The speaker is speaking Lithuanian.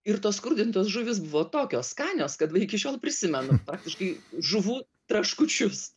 ir tos skrudintos žuvys buvo tokios skanios kad va iki šiol prisimenu praktiškai žuvų traškučius